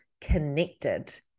connected